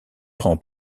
prend